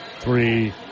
three